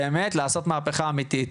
באמת לעשות מהפיכה אמיתית.